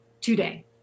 today